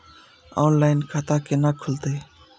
Online खाता केना खुलते?